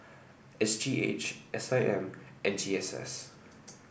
S G H S I M and G S S